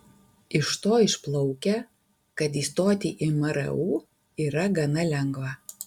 iš to išplaukia kad įstoti į mru yra gana lengva